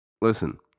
listen